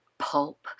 pulp